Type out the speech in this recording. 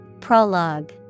Prologue